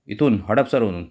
इथून हडपसरवरून